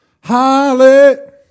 Hallelujah